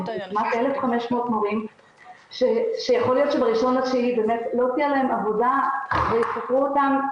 זה כמעט 1,500 מורים שיכול להיות שב-1.9 לא תהיה להם עבודה ויפטרו אותם,